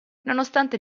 nonostante